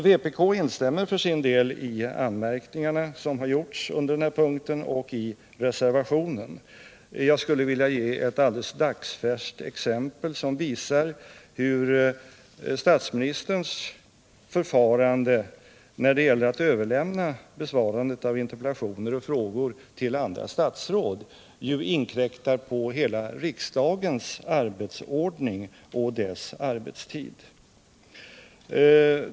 Vpk instämmer för sin del i anmärkningarna som har gjorts under den här punkten och i reservationen 1. Jag skulle vilja ge ett dagsfärskt exempel som visar hur statsministerns förfarande att överlämna besvarandet av interpellationer och frågor till andra statsråd inkräktar på hela riksdagens arbetsordning och riksdagens arbetstid.